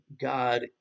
God